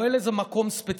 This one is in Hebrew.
לא אל איזה מקום ספציפי,